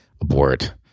abort